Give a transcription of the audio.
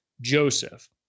Joseph